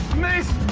missed!